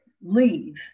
leave